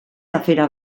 afera